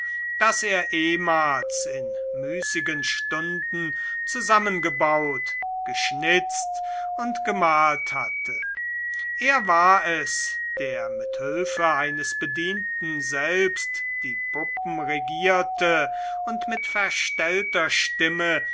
das er ehemals in müßigen stunden zusammengebaut geschnitzt und gemalt hatte er war es der mit hülfe eines bedienten selbst die puppen regierte und mit verstellter stimme